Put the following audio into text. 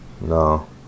No